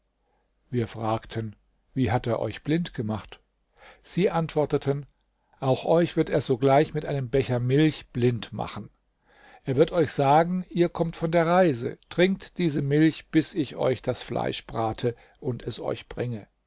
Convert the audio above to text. wir fragten wie hat er euch blind gemacht sie antworteten auch euch wird er sogleich mit einem becher milch blind machen er wird euch sagen ihr kommt von der reise trinkt diese milch bis ich euch das fleisch brate und es euch bringe